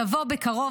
תבוא בקרוב.